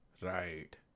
Right